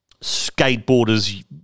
skateboarders